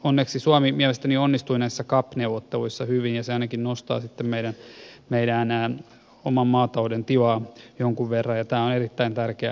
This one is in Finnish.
onneksi suomi mielestäni onnistui näissä cap neuvotteluissa hyvin ja se ainakin nostaa sitten meidän oman maataloutemme tilaa jonkun verran ja tämä on erittäin tärkeä asia